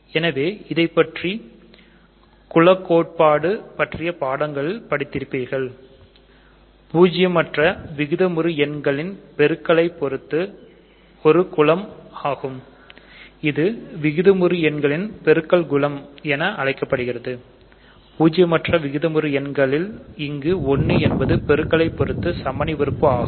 எனவேஇதை பற்றி குல கோட்பாடு பற்றிய பாடங்களில் படித்திருப்பீர்கள் பூஜ்யமாற்ற விகிதமுறு எண் பெருக்கலை பொறுத்து குலம் ஆகும் இது விகிதமுறு எங்களின் பெருக்கல் குலம் என அழைக்கப்படுகிறது பூஜியமற்ற விகிதமுறு எண்களின் இங்கு 1 என்பது பெருக்கலை பொறுத்து சமணிஉறுப்பு ஆகும்